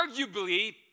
Arguably